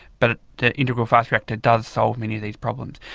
but the integral fast reactor does solve many of these problems.